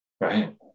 right